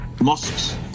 mosques